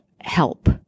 help